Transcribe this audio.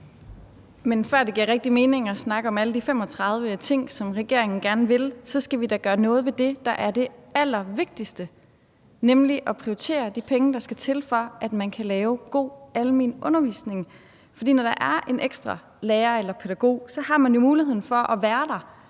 Men før det giver rigtig mening at snakke om alle de 35 ting, som regeringen gerne vil, så skal vi da gøre noget ved det, der er det allervigtigste, nemlig at prioritere de penge, der skal til, for at man kan lave god almen undervisning. For når der er en ekstra lærer eller pædagog, har man jo muligheden for at være der